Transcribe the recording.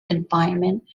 confinement